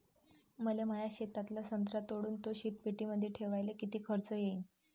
मले माया शेतातला संत्रा तोडून तो शीतपेटीमंदी ठेवायले किती खर्च येईन?